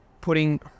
putting